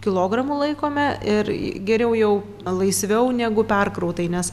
kilogramų laikome ir geriau jau laisviau negu perkrautai nes